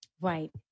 Right